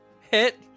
hit